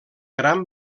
gran